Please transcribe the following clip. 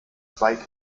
zwei